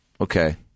okay